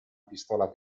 pistola